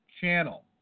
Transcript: channel